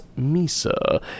Misa